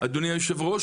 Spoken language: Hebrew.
אדוני היושב ראש,